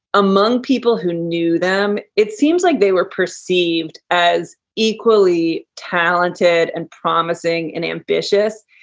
among people who knew them, it seems like they were perceived as equally talented and promising and ambitious.